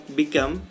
become